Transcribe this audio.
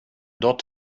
dort